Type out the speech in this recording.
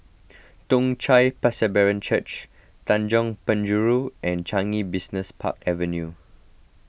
Toong Chai Presbyterian Church Tanjong Penjuru and Changi Business Park Avenue